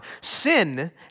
Sin